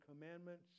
commandments